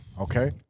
Okay